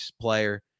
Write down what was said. player